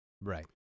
Right